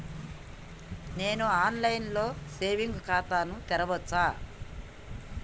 నేను online లో saving ఖాతా ను తెరవచ్చా?